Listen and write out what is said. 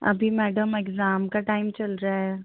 अभी madam exam का time चल रहा है